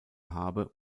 habe